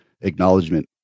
acknowledgement